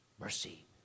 mercy